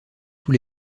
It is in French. tous